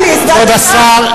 דברו אמת.